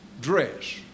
dress